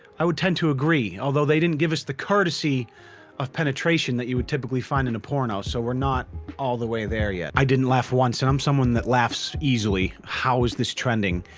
i would tend to agree although they didn't give us the courtesy of penetration that you would typically find in a porno. so we're not all the way there yet i didn't laugh once and i'm someone that laughs easily. how is this trending?